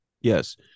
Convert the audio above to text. yes